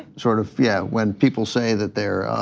sort of, yeah, when people say that they're,